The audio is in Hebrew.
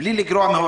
(ב2)בלי לגרוע ....